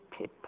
tip